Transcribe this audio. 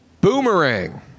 Boomerang